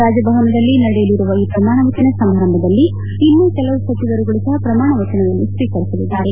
ರಾಜಭವನದಲ್ಲಿ ನಡೆಯಲಿರುವ ಈ ಪ್ರಮಾಣವಚನ ಸಮಾರಂಭದಲ್ಲಿ ಇನ್ನೂ ಕೆಲವು ಸಚಿವರುಗಳು ಸಹ ಪ್ರಮಾಣವಚನವನ್ನು ಸ್ವೀಕರಿಸಲಿದ್ದಾರೆ